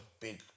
big